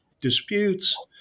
disputes